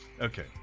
okay